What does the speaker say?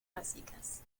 básicas